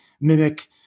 mimic